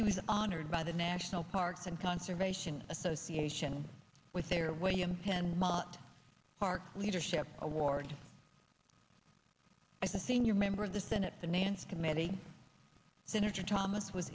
he was honored by the national parks and conservation association with their william penn park leadership award as a senior member of the senate finance committee senator thomas w